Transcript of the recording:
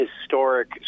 historic